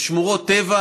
בשמורות טבע